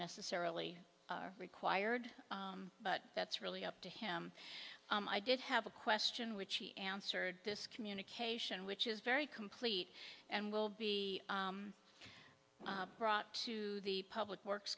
necessarily required but that's really up to him i did have a question which he answered this communication which is very complete and will be brought to the public works